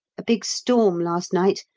a big storm last night,